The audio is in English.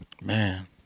man